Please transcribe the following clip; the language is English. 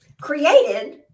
created